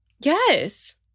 Yes